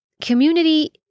community